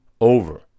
over